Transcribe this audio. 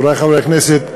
חברי חברי הכנסת,